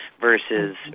versus